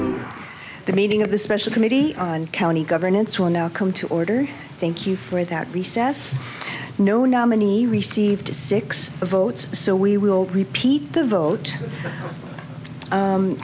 gavel the meeting of the special committee on county governance will now come to order thank you for that recess no nominee received six votes so we will repeat the vote